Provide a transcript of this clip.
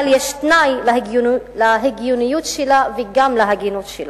אבל יש תנאי להגיוניות שלה וגם להגינות שלה.